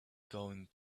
going